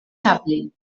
chaplin